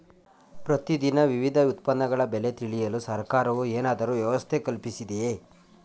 ಪ್ರತಿ ದಿನ ವಿವಿಧ ಉತ್ಪನ್ನಗಳ ಬೆಲೆ ತಿಳಿಯಲು ಸರ್ಕಾರವು ಏನಾದರೂ ವ್ಯವಸ್ಥೆ ಕಲ್ಪಿಸಿದೆಯೇ?